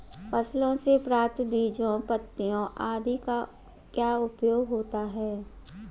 फसलों से प्राप्त बीजों पत्तियों आदि का क्या उपयोग होता है?